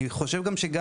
אני חושב שאם אתם,